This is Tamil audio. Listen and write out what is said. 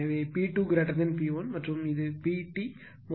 எனவே P2P1 மற்றும் இது PT மொத்த பவர் P1 P2